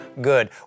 good